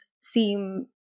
seem